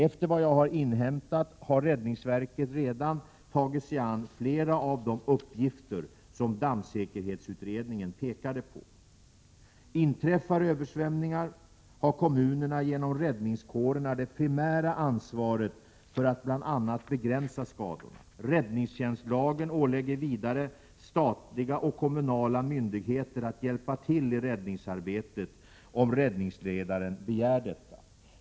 Efter vad jag har inhämtat har räddningsverket redan tagit sig an flera av de uppgifter som dammsäkerhetsutredningen pekade på. Inträffar översvämningar har kommunerna genom räddningskårerna det primära ansvaret för att bl.a. begränsa skadorna. Räddningstjänstlagen ålägger vidare statliga och kommunala myndigheter att hjälpa till i räddningsarbetet om räddningsledaren begär detta.